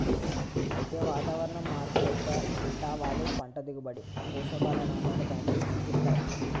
అయితే వాతావరణం మార్పు యొక్క ఏటవాలు పంట దిగుబడి, పోషకాల నాణ్యతపైన సూపిస్తాయి